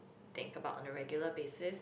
think about on the regular basis